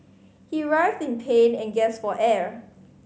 he writhed in pain and gasped for air